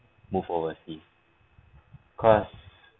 move overseas cause